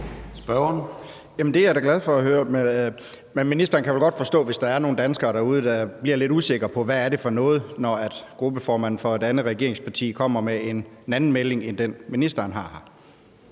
Det er jeg da glad for at høre. Men ministeren kan vel godt forstå det, hvis der er nogle danskere derude, der bliver lidt usikre og tænker, hvad det er for noget, når gruppeformanden for et andet regeringsparti kommer med en anden melding end den, ministeren kommer